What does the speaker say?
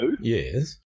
Yes